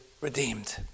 redeemed